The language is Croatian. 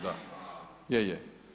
Da, je, je.